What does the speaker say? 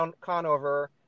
Conover